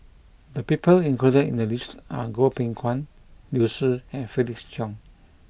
the people included in the list are Goh Beng Kwan Liu Si and Felix Cheong